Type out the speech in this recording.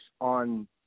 on